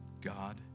God